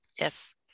Yes